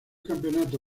campeonato